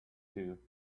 two